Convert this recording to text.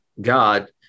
God